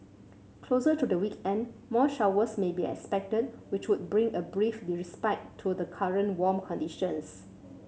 closer to the weekend more showers may be expected which would bring a brief respite to the current warm conditions